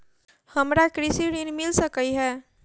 हमरा कृषि ऋण मिल सकै है?